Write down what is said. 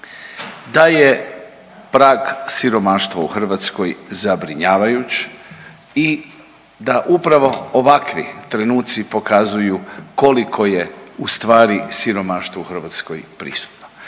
taj je prag siromaštva u Hrvatskoj zabrinjavajuć i da upravo ovakvi trenuci pokazuju koliko je ustvari siromaštva u Hrvatskoj prisutno.